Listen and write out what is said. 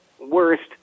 worst